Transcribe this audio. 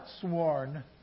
sworn